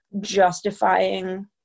justifying